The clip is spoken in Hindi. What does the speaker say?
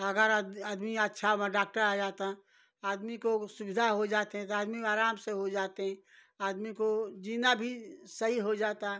अगर आदमी अच्छा मा डाक्टर आ जाता आदमी को सुविधा हो जातें तो आदमी आराम से हो जातें आदमी को जीना भी सही हो जाता